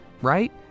right